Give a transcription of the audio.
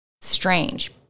strange